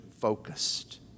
focused